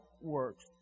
works